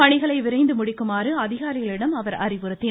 பணிகளை விரைந்து முடிக்குமாறு அதிகாரிகளிடம் அவர் அறிவுறுத்தினார்